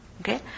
Okay